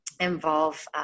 involve